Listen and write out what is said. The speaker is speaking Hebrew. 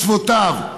מצוותיו,